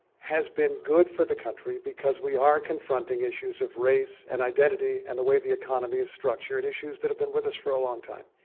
has been good for the country because we are confronting issues of race and identity and the way the economy is structured, issues that have been with us for a long time?